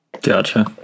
gotcha